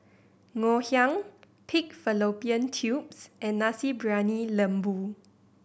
Ngoh Hiang pig fallopian tubes and Nasi Briyani Lembu